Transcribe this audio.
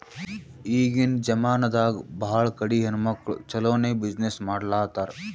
ಈಗಿನ್ ಜಮಾನಾದಾಗ್ ಭಾಳ ಕಡಿ ಹೆಣ್ಮಕ್ಕುಳ್ ಛಲೋನೆ ಬಿಸಿನ್ನೆಸ್ ಮಾಡ್ಲಾತಾರ್